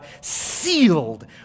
sealed